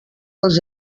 els